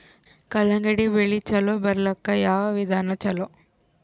ಕಲ್ಲಂಗಡಿ ಬೆಳಿ ಚಲೋ ಬರಲಾಕ ಯಾವ ವಿಧಾನ ಚಲೋ?